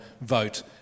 vote